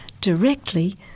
directly